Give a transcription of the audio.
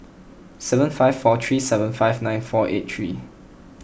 seven five four three seven five nine four eight three